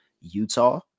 Utah